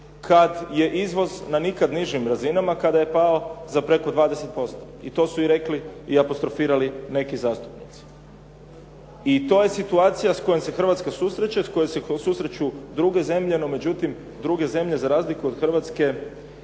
kada je izvoz na nikad nižim razinama, kada je pao za preko 20%. I to su i rekli i apostrofirali neki zastupnici. I to je situacija s kojom se Hrvatska susreće s kojom se susreću druge zemlje. No međutim, druge zemlje za razliku od Hrvatske